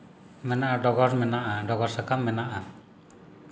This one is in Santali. ᱢᱮᱱᱟᱜ ᱰᱚᱜᱚᱨ ᱢᱮᱱᱟᱜᱼᱟ ᱰᱚᱜᱚᱨ ᱥᱟᱠᱟᱢ ᱢᱮᱱᱟᱜᱼᱟ